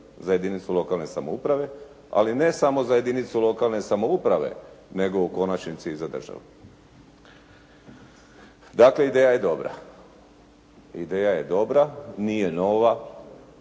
za jedinicu lokalne samouprave, ali ne samo za jedinicu lokalne samouprave nego u konačnici i za državu. Dakle ideja je dobra. Ideja je dobra. Nije nova.